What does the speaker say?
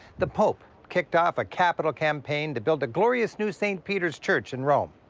the pope kicked off a capital campaign to build a glorious new st. peter's church in rome.